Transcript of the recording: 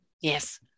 Yes